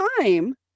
time